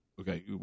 Okay